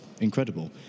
incredible